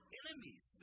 enemies